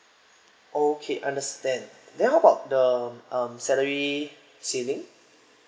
okay understand then what about the um salary ceiling